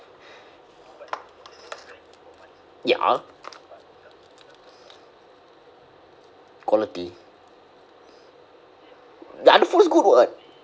ya quality ah the food's good what